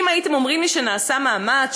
אם הייתם אומרים לי שנעשה מאמץ,